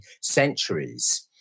centuries